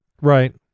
Right